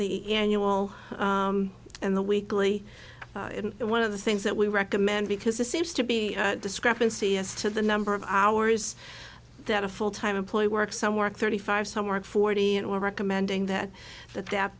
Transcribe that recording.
the annual and the weekly in one of the things that we recommend because this seems to be discrepancy as to the number of hours that a full time employee work some work thirty five some work forty and we're recommending that that that